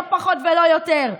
לא פחות ולא יותר,